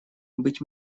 быть